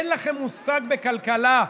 אין לכם מושג בכלכלה.